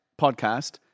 podcast